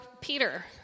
Peter